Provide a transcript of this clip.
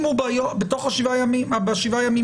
אם הוא בתוך השבעה ימים יצא?